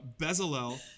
Bezalel